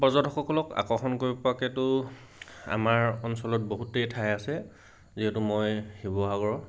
পৰ্যটকসকলক আকৰ্ষণ কৰিব পৰাকেতো আমাৰ অঞ্চলত বহুতেই ঠাই আছে যিহেতু মই শিৱসাগৰৰ